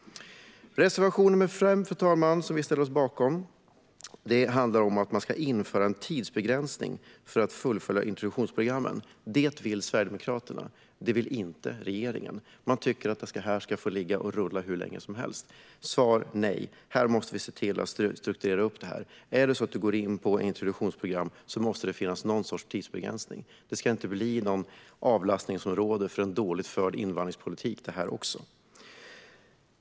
Fru talman! Reservation nr 5, som vi ställer oss bakom, handlar om att man ska införa en tidsbegränsning när det gäller att fullfölja introduktionsprogrammen. Det vill Sverigedemokraterna. Det vill inte regeringen. Man tycker att det här ska få ligga och rulla hur länge som helst. Svaret är nej. Vi måste se till att strukturera detta. Det måste finnas någon sorts tidsbegränsning när det gäller introduktionsprogrammen. Det ska inte bli något avlastningsområde för en dåligt förd invandringspolitik - det här också.